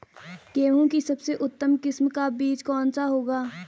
गेहूँ की सबसे उत्तम किस्म का बीज कौन सा होगा?